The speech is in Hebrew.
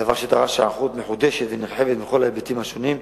דבר שדרש היערכות מחודשת ונרחבת בכלל ההיבטים השונים.